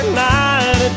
night